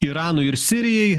iranui ir sirijai